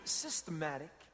systematic